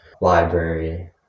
library